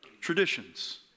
traditions